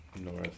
North